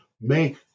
make